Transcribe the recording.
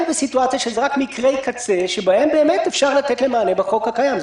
בסיטואציה שאלה רק מקרי קצה שבהם באמת אפשר לתת מענה בחוק הקיים.